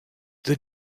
the